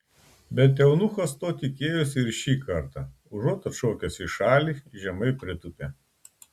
bet eunuchas to tikėjosi ir šį kartą užuot atšokęs į šalį žemai pritūpė